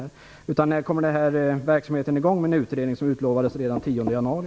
När kommer verksamheten i gång? En utredning utlovades redan den 10 januari.